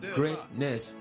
greatness